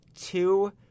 two